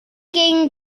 gegen